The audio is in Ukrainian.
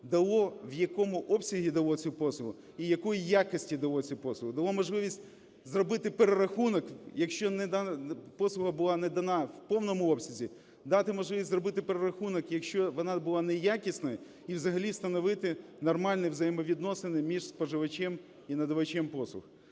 дало, в якому обсязі дало ці послуги і якої якості дало ці послуги. Дати можливість зробити перерахунок, якщо послуга була не дана в повному обсязі, дати можливість зробити перерахунок, якщо вона неякісною, і взагалі встановити нормальні взаємовідносини між споживачем і надавачем послуг.